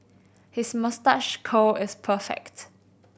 his moustache curl is perfect